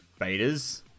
betas